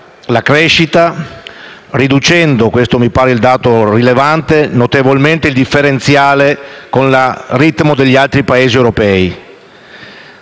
la crescita riducendo - questo mi pare il dato rilevante - notevolmente il differenziale con il ritmo degli altri Paesi europei.